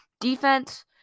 defense